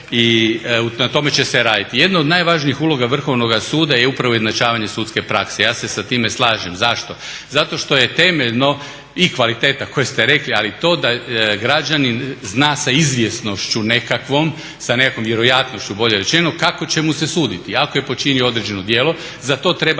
i na tome će se raditi. Jedna od najvažnijih uloga Vrhovnoga suda je upravo izjednačavanje sudske prakse. Ja se sa time slažem. Zašto? zato što je temeljeno i kvaliteta koje ste rekli, a to da građanin zna sa izvjesnošću nekakvom sa nekakvom vjerojatnošću bolje rečeno kako će mu se suditi. Ako je počinio određeno djelo za to treba